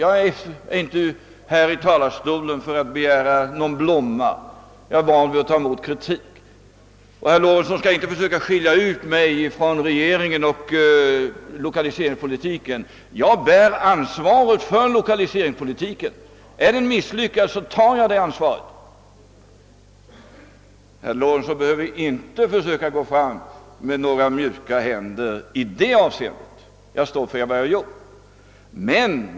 Jag står inte i denna talarstol för att begära någon blomma, jag är van att ta emot kritik. Men herr Lorentzon skall inte försöka skilja ut mig från regeringens Övriga ledamöter och från lokaliseringspolitiken. Jag bär ansvaret för denna politik. är den misslyckad så har jag att ta ansvaret för det. Herr Lorentzon behöver inte försöka gå fram varsamt i det avseendet. Jag står för vad jag har gjort.